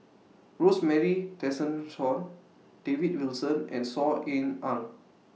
Rosemary Tessensohn David Wilson and Saw Ean Ang